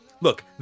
Look